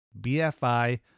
BFI